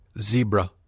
Zebra